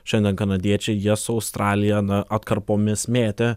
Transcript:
šiandien kanadiečiai jie su australija na atkarpomis mėtė